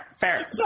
Fair